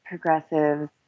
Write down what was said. progressives